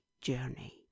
journey